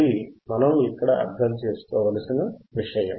అది మనం ఇక్కడ అర్థం చేసుకోవలసిన విషయం